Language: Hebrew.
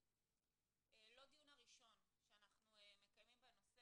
זה לא הדיון הראשון שאנחנו מקיימים בנושא